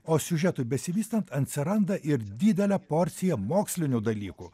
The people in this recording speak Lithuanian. o siužetui besivystant atsiranda ir didelė porcija mokslinių dalykų